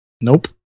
Nope